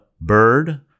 Bird